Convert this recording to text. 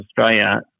Australia